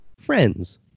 Friends